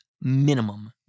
minimum